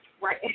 Right